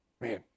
Man